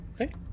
Okay